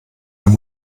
mehr